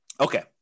Okay